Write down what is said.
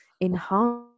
enhance